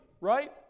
Right